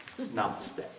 Namaste